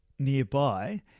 nearby